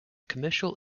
commercial